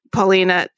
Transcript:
Paulina